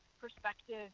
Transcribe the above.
perspective